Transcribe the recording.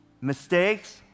mistakes